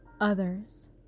others